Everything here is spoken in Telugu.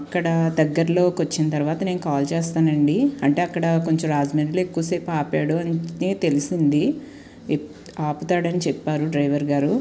అక్కడ దగ్గర్లోకి వచ్చిన తర్వాత నేను కాల్ చేస్తాను అండి అంటే అక్కడ కొంచెం రాజమండ్రి ఎక్కువ సేపు ఆపాడు అందుకే తెలిసింది ఆపుతాడు అని చెప్పారు డ్రైవర్ గారు